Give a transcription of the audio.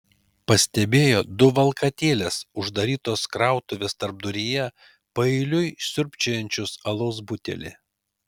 pastebėjo du valkatėles uždarytos krautuvės tarpduryje paeiliui siurbčiojančius alaus butelį